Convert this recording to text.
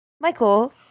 Michael